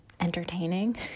entertaining